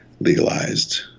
legalized